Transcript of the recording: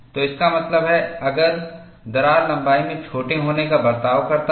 तो इसका मतलब है अगर दरार लंबाई में छोटे होने का बर्ताव करता है